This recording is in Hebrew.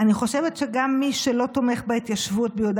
אני חושבת שגם מי שלא תומך בהתיישבות ביהודה